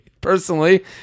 personally